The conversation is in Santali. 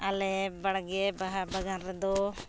ᱟᱞᱮ ᱵᱟᱲᱜᱮ ᱵᱟᱦᱟ ᱵᱟᱜᱟᱱ ᱨᱮᱫᱚ